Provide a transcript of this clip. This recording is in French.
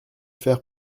faire